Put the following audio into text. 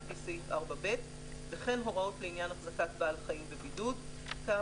לפי סעיף 4ב וכן הוראות לעניין החזקת בעל חיים בבידוד כאמור,